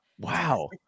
Wow